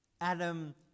Adam